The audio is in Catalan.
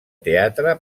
teatre